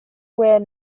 where